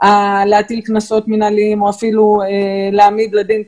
להטיל קנסות מינהליים או אפילו להעמיד לדין,